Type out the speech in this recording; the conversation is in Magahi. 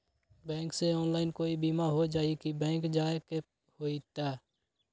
बैंक से ऑनलाइन कोई बिमा हो जाई कि बैंक जाए के होई त?